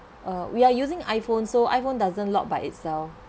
uh we are using iphone so iphone doesn't lock by itself